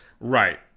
Right